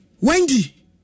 Wendy